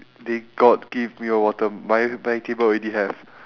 they got give me a water my my table already have